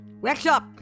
Workshop